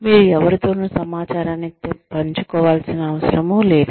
మీరు ఎవరితోనూ సమాచారాన్ని పంచుకోవాల్సిన అవసరం లేదు